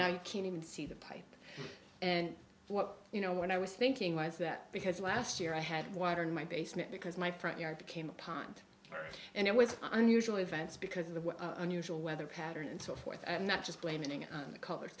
you can even see the pipe and you know when i was thinking was that because last year i had water in my basement because my front yard became a pond and it was unusual events because of the unusual weather pattern and so forth and not just blaming it on the color